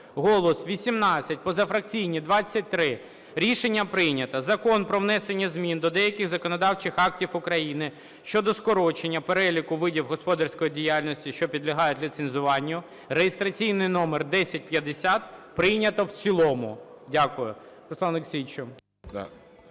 "Голос" – 18, позафракційні – 23. Рішення прийнято. Закон про внесення змін до деяких законодавчих актів України щодо скорочення переліку видів господарської діяльності, що підлягають ліцензуванню (реєстраційний номер 1050) прийнято в цілому. Дякую.